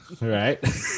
right